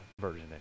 version